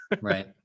Right